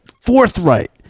forthright